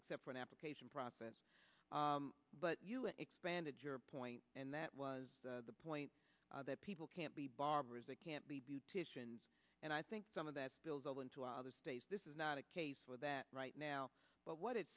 except for an application process but expanded your point and that was the point that people can't be barbers they can't be beauticians and i think some of that spills over into other states this is not a case for that right now but what it